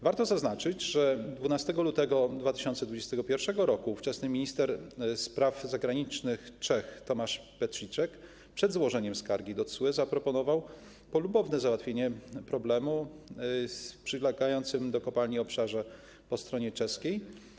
Warto zaznaczyć, że 12 lutego 2021 r. ówczesny minister spraw zagranicznych Czech Tomasz Petrziczek przed złożeniem skargi do TSUE zaproponował polubowne załatwienie problemu na przylegającym do kopalni obszarze po stronie czeskiej.